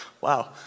wow